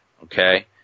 Okay